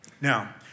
Now